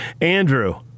Andrew